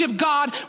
God